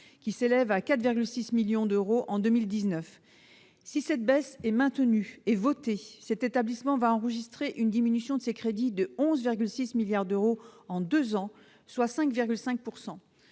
qui s'élève à 4,6 millions d'euros en 2019. Si cette baisse était maintenue et votée, cet établissement enregistrerait une diminution de ses crédits de 11,6 millions d'euros en deux ans, soit 5,5 %.